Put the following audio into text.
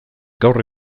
gaur